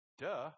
duh